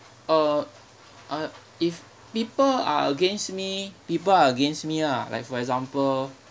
uh uh if people are against me people are against me ah like for example